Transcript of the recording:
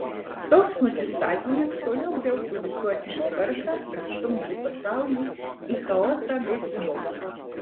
toks nusistatymas toliau griautų visuotinę tvarką ir stumtų pasaulį į chaosą bei smurtą